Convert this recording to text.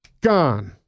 Gone